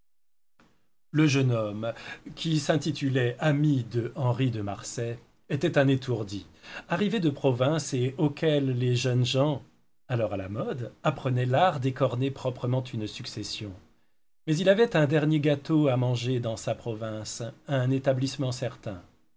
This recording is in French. le jeune homme qui s'intitulait ami de henri de marsay était un étourdi arrivé de province et auquel les jeunes gens alors à la mode apprenaient l'art d'écorner proprement une succession mais il avait un dernier gâteau à manger dans sa province un établissement certain